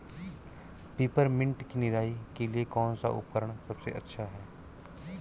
Peppermint की निराई के लिए कौन सा उपकरण सबसे अच्छा है?